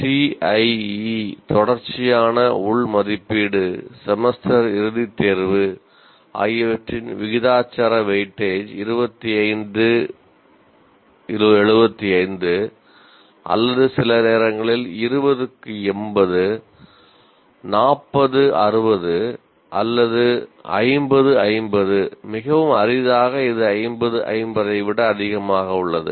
CIE தொடர்ச்சியான உள் மதிப்பீடு செமஸ்டர் இறுதித் தேர்வு ஆகியவற்றின் விகிதாசார வெயிட்டேஜ் 2575 அல்லது சில நேரங்களில் 2080 4060 அல்லது 50 50 மிகவும் அரிதாக இது 5050 ஐ விட அதிகமாக உள்ளது